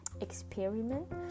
experiment